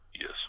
Yes